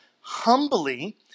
humbly